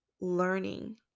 learning